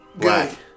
black